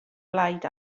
blaid